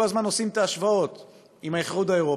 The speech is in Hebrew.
הזמן עושים את ההשוואות עם האיחוד האירופי,